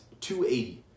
280